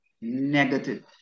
negative